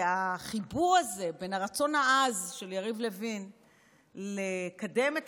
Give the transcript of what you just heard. החיבור הזה בין הרצון העז של יריב לוין לקדם את